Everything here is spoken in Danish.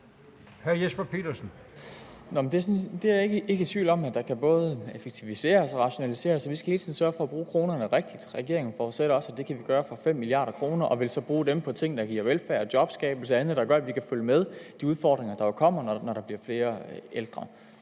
set ikke i tvivl om, at der både kan effektiviseres og rationaliseres, og vi skal hele tiden sørge for at bruge kronerne rigtigt. Regeringen forudsætter også, at det kan vi gøre for 5 mia. kr., og vil så bruge dem på ting, der giver velfærd, jobskabelse og andet, der gør, at vi kan følge med de udfordringer, der kommer, når der bliver flere ældre.